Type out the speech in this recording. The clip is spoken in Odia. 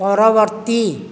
ପରବର୍ତ୍ତୀ